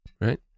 Right